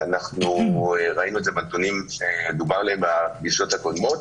ראינו את זה בנתונים שדובר עליהם בפגישות הקודמות,